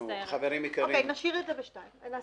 חברים, תשאירי את זה פה.